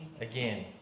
again